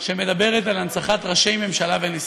שמדברת על הנצחת ראשי ממשלה ונשיאים.